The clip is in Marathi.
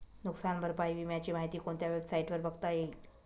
नुकसान भरपाई विम्याची माहिती कोणत्या वेबसाईटवर बघता येईल?